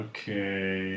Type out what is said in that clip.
Okay